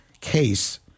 case